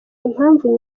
impamvu